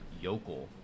yokel